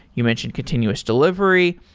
you mentioned continuous delivery,